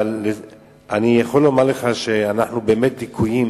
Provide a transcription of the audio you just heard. יכול לומר לך שאנחנו באמת לקויים